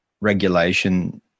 regulation